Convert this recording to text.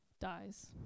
dies